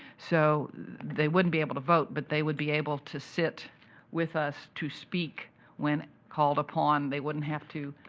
so they wouldn't be able to vote, but they would be able to sit with us to speak when called upon. they wouldn't have to